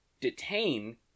detain